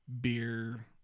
beer